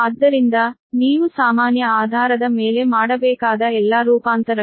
ಆದ್ದರಿಂದ ನೀವು ಸಾಮಾನ್ಯ ಆಧಾರದ ಮೇಲೆ ಮಾಡಬೇಕಾದ ಎಲ್ಲಾ ರೂಪಾಂತರಗಳು